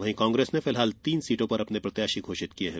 वहीं कांग्रेस ने फिलहाल तीन सीटों पर अपने प्रत्याशी घोषित कर दिये हैं